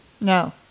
No